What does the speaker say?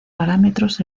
paramentos